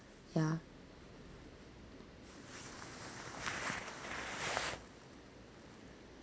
yeah